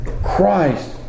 Christ